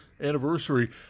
anniversary